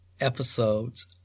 episodes